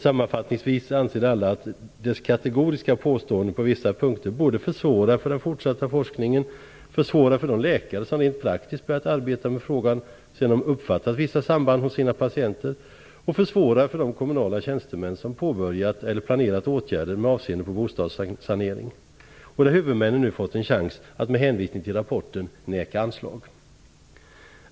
Sammanfattningsvis anser alla att dess kategoriska påståenden på vissa punkter både försvårar för den fortsatta forskningen och för de läkare som rent praktiskt börjat arbeta med frågan sedan de uppfattat vissa samband hos sina patienter samt försvårar för de kommunala tjänstemän som påbörjat eller planerat åtgärder med avseende på bostadssanering. Huvudmännen har nu fått en chans att med hänvisning till rapporten neka anslag.